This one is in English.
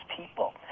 people